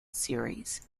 series